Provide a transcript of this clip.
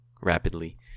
rapidly